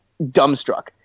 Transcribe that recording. dumbstruck